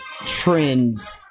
trends